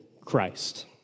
Christ